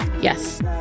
Yes